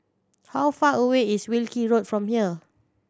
how far away is Wilkie Road from here